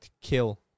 kill